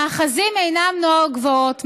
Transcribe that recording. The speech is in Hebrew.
המאחזים אינם נוער גבעות.